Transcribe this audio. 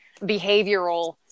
behavioral